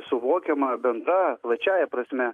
suvokiama bendra plačiąja prasme